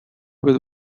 with